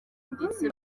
ndetse